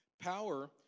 Power